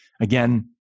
again